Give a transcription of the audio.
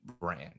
brand